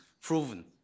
proven